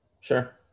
Sure